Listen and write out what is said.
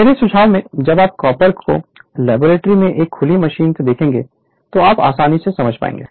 मेरे सुझाव में जब आप कॉलेज की लेबोरेटरी में एक खुली मशीन देखेंगे तो आप आसानी से समझ पाएंगे